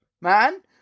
man